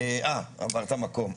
אה, עברת מקום.